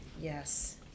Yes